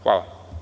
Hvala.